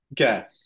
Okay